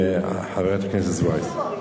חברת הכנסת זוארץ.